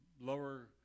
lower